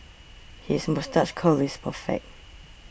his moustache curl is perfect